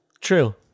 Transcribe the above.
True